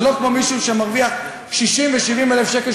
זה לא כמו מישהו שמרוויח 60,000 ו-70,000 שקל,